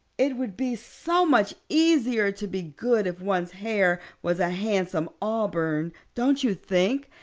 it would be so much easier to be good if one's hair was a handsome auburn, don't you think?